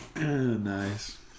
Nice